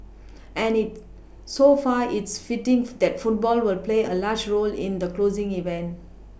and so far is fitting that football will play a large role in the closing event